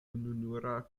ununura